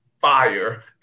fire